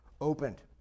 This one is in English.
opened